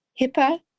hipaa